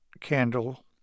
candle